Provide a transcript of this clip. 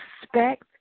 respect